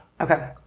Okay